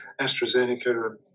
AstraZeneca